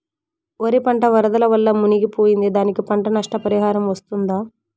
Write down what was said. వరి పంట వరదల వల్ల మునిగి పోయింది, దానికి పంట నష్ట పరిహారం వస్తుందా?